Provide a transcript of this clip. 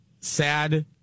sad